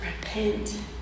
repent